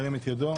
ירים את ידו.